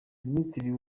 minisitiri